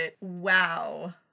wow